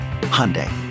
Hyundai